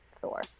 Thor